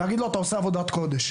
להגיד לו אתם עושים עבודת קודש.